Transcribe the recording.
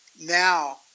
now